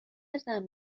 ازم